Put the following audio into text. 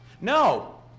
no